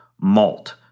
malt